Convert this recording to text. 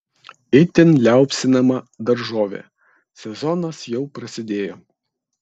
itin liaupsinama daržovė sezonas jau prasidėjo